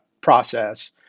process